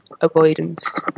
avoidance